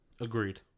Agreed